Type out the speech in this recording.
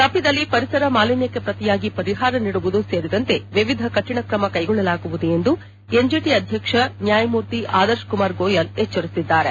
ತಪ್ಪಿದಲ್ಲಿ ಪರಿಸರ ಮಾಲಿನ್ನಕ್ಷೆ ಪ್ರತಿಯಾಗಿ ಪರಿಹಾರ ನೀಡುವುದು ಸೇರಿದಂತೆ ವಿವಿಧ ಕಠಿಣ ಕ್ರಮ ಕ್ಲೆಗೊಳ್ಳಲಾಗುವುದು ಎಂದು ಎನ್ಜೆಟಿ ಅಧ್ಯಕ್ಷ ನ್ನಾಯಮೂರ್ತಿ ಆದರ್ಶಕುಮಾರ್ ಗೋಯಲ್ ಎಚ್ಡರಿಸಿದ್ದಾರೆ